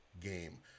game